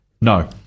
No